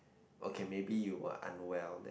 okay maybe you are unwell that